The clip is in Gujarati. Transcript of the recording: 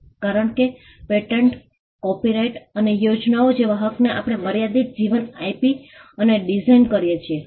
કારણ કે પેટન્ટ્સ કોપિરાઇટ અને યોજનાઓ જેવા હકને આપણે મર્યાદિત જીવન આઈપી અને ડિઝાઇન કહીએ છીએ